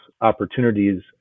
opportunities